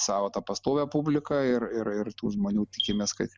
savo tą pastovią publiką ir ir ir tų žmonių tikimės kad